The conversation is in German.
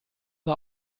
war